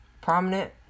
Prominent